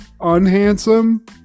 unhandsome